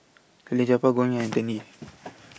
Salleh Japar Goh and Tan Yee